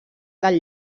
del